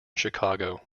chicago